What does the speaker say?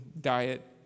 diet